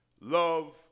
love